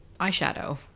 eyeshadow